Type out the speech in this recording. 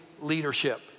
leadership